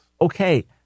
Okay